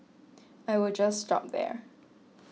I will just stop there